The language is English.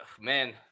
man